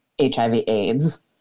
HIV-AIDS